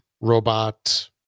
robot